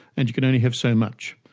and you could only have so much.